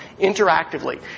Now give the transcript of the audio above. interactively